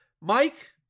Mike